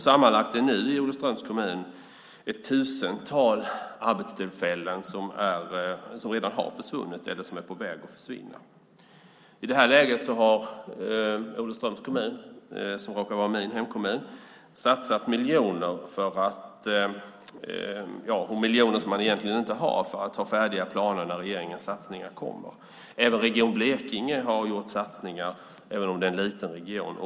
Sammanlagt har nu i Olofströms kommun ett tusental arbetstillfällen försvunnit eller är på väg att försvinna. I det här läget har Olofströms kommun, som råkar vara min hemkommun, satsat miljoner - som man egentligen inte har - för att ha färdiga planer när regeringens satsningar kommer. Också Region Blekinge har gjort satsningar - även om det är en liten region.